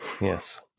Yes